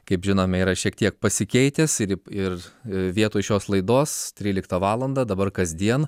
kaip žinome yra šiek tiek pasikeitęs ir ir vietoj šios laidos tryliktą valandą dabar kasdien